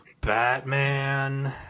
Batman